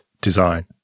design